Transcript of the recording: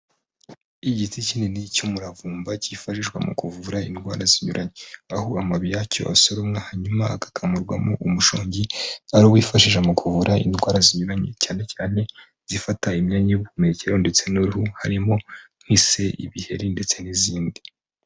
Igiti kinini cy'umuravumba cyifashishwa mu kuvura indwara zinyuranye, aho amababi yacyo asorumwa hanyuma agakamurwamo umushongi ariwo wifashishwa mu kuvura indwara zinyuranye cyane cyane zifata imyanya y'ubuhumekero ndetse n'uruhu harimo nk'ise, ibiheri, ndetse n'izindi.